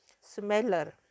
Smeller